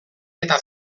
eta